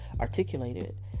articulated